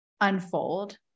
unfold